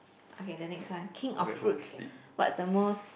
okay then next one king of fruits what's the most